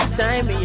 time